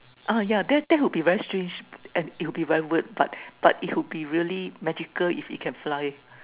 ah yeah that that would be very strange and it'll be very weird but but it would be really magical if it can fly